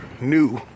new